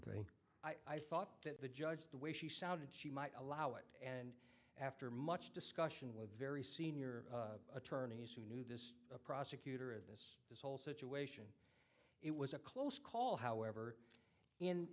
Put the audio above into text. think i thought that the judge the way she sounded she might allow it and after much discussion with very senior attorneys who knew a prosecutor of this this whole situation it was a close call however in